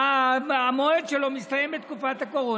שהמועד שלו מסתיים בתקופת הקורונה.